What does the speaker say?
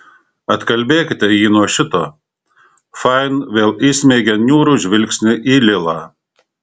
atkalbėkite jį nuo šito fain vėl įsmeigė niūrų žvilgsnį į lilą